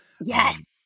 yes